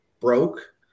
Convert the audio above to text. broke